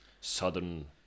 southern